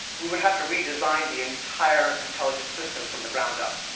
we would have to redesign the entire intelligence system from the ground up.